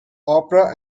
opera